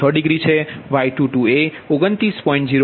6 degree છે Y22એ 29